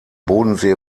bodensee